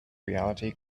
reality